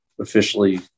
officially